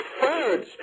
fudge